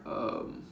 um